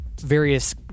various